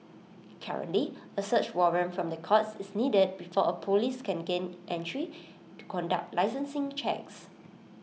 currently A search warrant from the courts is needed before A Police can gain entry conduct licensing checks